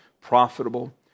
profitable